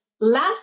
last